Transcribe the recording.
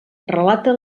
relata